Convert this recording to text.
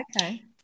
Okay